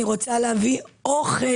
אני רוצה להביא אוכל.